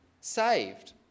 saved